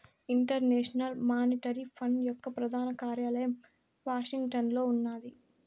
international monetary fund యొక్క ప్రధాన కార్యాలయం వాషింగ్టన్లో ఉన్నాది